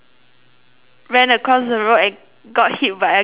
ran across the road and got hit by a car the end